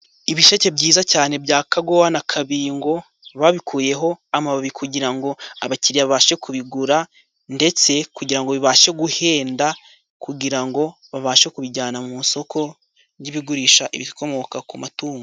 Ibisheke byiza cyane bya kagowa na kabingo babikuyeho amababi, kugirango abakiriya babashe kubigura, ndetse kugirango bibashe guhenda kugira ngo babashe kubijyana mu soko ry'ibigurisha ibikomoka ku matungo.